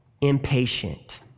impatient